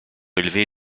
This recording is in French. élever